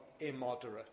immoderate